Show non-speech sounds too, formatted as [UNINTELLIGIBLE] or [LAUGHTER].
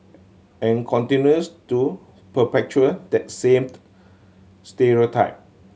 and continues to perpetuate that same [UNINTELLIGIBLE] stereotype